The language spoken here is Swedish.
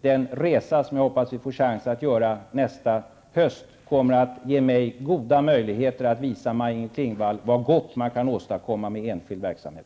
den resa som jag hoppas vi får chans att göra nästa höst kommer att ge mig goda möjligheter att visa Maj Inger Klingvall vad gott man kan åstadkomma med enskild verksamhet.